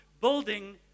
building